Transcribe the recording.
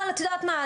אבל את יודעת מה,